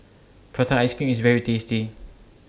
Prata Ice Cream IS very tasty